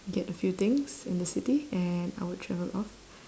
get a few things in the city and I would travel off